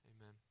Amen